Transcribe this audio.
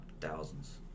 thousands